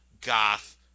goth